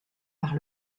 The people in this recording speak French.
par